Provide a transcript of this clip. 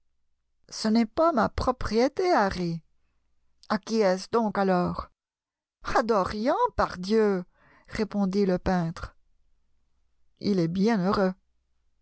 ce n'est pas ma propriété liarry a qui est-ce donc alors a dorian pardieu répondit le peintre il est bien heureux